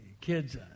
kids